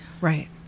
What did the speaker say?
right